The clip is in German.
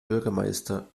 bürgermeister